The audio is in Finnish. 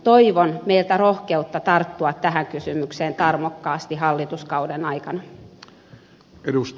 toivon meiltä rohkeutta tarttua tähän kysymykseen tarmokkaasti hallituskauden aikana